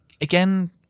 Again